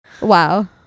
Wow